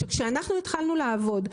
שכשהתחלנו לעבוד,